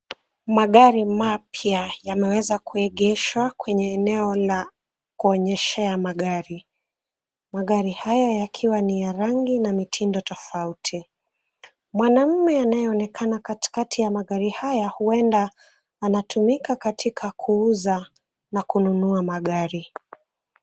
Magari mapya yameweza kuegeshwa kwenye eneo la kuonyeshea magari. Magari haya yakiwa ni ya rangi na mitindo tofauti. Mwanaume anayeonekana katikati ya magari haya huenda anatumika katika kuuza na kununua magari.